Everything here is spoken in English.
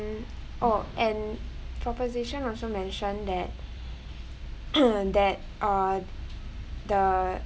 oh and proposition also mention that that uh the